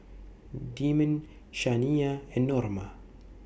Demond Shaniya and Norma